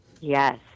Yes